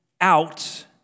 out